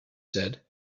said